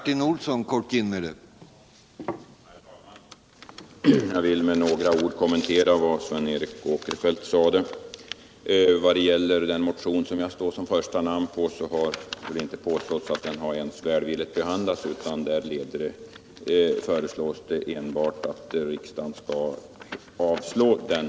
Herr talman! Jag vill med några ord kommentera vad Sven Eric Åkerfoldt sade. | Vad gäller den motion där jag står som första namn har det väl inte påståtts att den ens behandlats välvilligt, utan det föreslås enbart att riksdagen skall avslå motionen.